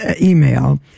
email